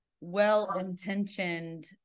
well-intentioned